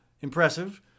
Impressive